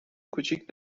کوچیک